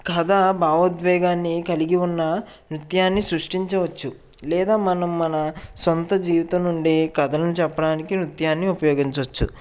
కథ భావోద్వేగాన్ని కలిగి ఉన్న నృత్యాన్ని సృష్టించవచ్చు లేదా మనం మన సొంత జీవితం నుండి కథలను చెప్పడానికి నృత్యాన్ని ఉపయోగించవచ్చు